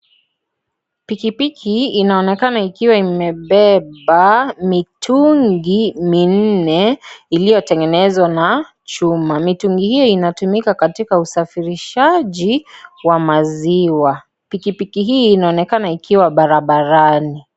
Pikipiki inaonekana ikiwa imebeba mitungi minne iliyotengenezwa na chuma. Mitungi hiyo, inatumika katika usafirishaji wa maziwa. Pikipiki hii, inaonekana ikiwa barabarani.